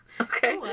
Okay